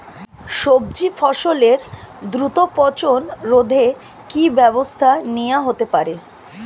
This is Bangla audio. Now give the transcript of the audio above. সবজি ফসলের দ্রুত পচন রোধে কি ব্যবস্থা নেয়া হতে পারে?